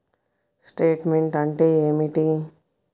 Statement అంటే ఏమిటి?